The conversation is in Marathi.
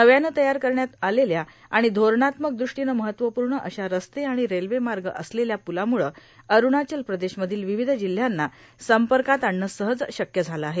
नव्यानं तयार करण्यात आलेल्या आणि धोरणात्मक दृष्टीनं महत्वपुर्ण अशा रस्ते आणि रेल्वे मार्ग असलेल्या पुलामुळं अरूणाचल प्रदेशमधील विविध जिल्हयांना संपर्कात आणणं सहज शक्य झालं आहे